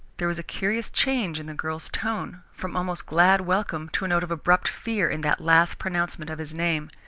there was a curious change in the girl's tone, from almost glad welcome to a note of abrupt fear in that last pronouncement of his name.